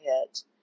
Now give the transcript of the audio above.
hit